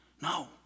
No